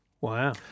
Wow